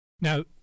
Now